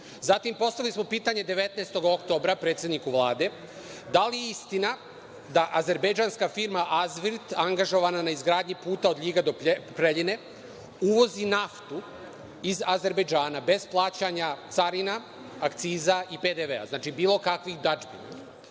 evra. Zatim, postavili smo pitanje 19. oktobra predsedniku Vlade – da li je istina da azerbejdžanska firma „Azvirt“, angažovana na izgradnji puta od Ljiga do Preljine, uvozi naftu iz Azerbejdžana bez plaćanja carina, akciza i PDV-a, značilo bilo kakvih dažbina?